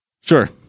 Sure